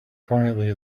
quietly